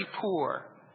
poor